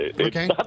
Okay